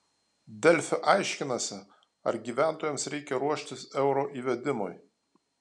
delfi aiškinasi ar gyventojams reikia ruoštis euro įvedimui